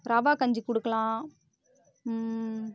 ரவா கஞ்சி கொடுக்கலாம்